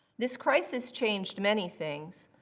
this crisis changed many things,